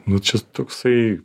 nu čia toksai